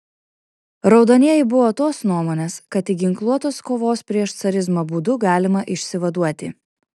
raudonieji buvo tos nuomonės kad tik ginkluotos kovos prieš carizmą būdu galima išsivaduoti